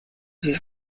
his